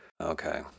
Okay